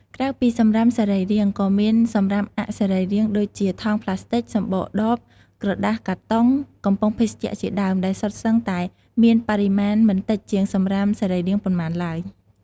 ក្រៅពីសំរាមសរីរាង្គ ក៏មានសំរាមអសរីរាង្គដូចជាថង់ប្លាស្ទិក សំបកដប ក្រដាសកាតុង កំប៉ុងភេសជ្ជៈជាដើម ដែលសុទ្ធសឹងតែមានបរិមាណមិនតិចជាងសំរាមសរីរាង្គប៉ុន្មានឡើយ។